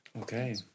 Okay